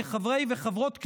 כחברי וחברות כנסת,